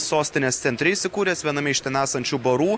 sostinės centre įsikūręs viename iš ten esančių barų